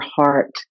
heart